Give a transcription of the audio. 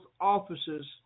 officers